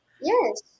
Yes